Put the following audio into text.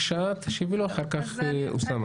תשיבו לו, אחר כך אוסאמה.